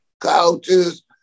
couches